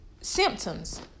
symptoms